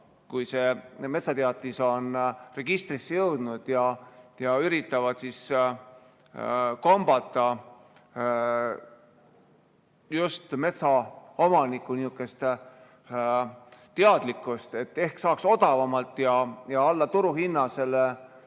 kui see metsateatis on registrisse jõudnud, ja üritavad kombata just metsaomaniku teadlikkust, et ehk saaks odavamalt ja alla turuhinna selle